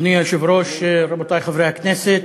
אדוני היושב-ראש, רבותי חברי הכנסת,